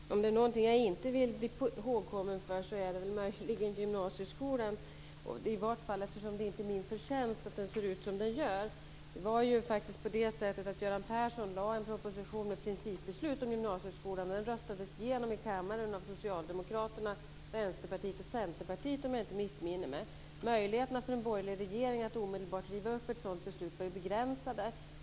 Fru talman! Om det är någonting jag inte vill bli ihågkommen för så är det möjligen gymnasieskolan, eftersom det inte är min förtjänst att den ser ut som den gör. Det var faktiskt på det sättet att Göran Persson lade fram en proposition för principbeslut om gymnasieskolan och den röstades igenom i kammaren av Socialdemokraterna, Vänsterpartiet och Centerpartiet, om jag inte missminner mig. Möjligheterna för en borgerlig regering att omedelbart riva upp ett sådant beslut var begränsade.